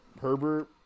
Herbert